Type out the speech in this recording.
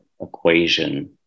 equation